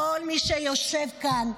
כל מי שיושב כאן,